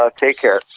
ah take care.